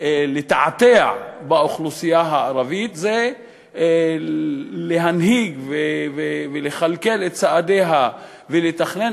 לתעתע באוכלוסייה הערבית זה להנהיג ולכלכל את צעדיה ולתכנן